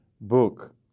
book